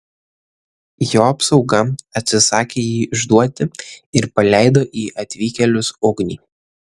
jo apsauga atsisakė jį išduoti ir paleido į atvykėlius ugnį